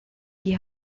die